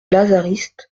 lazaristes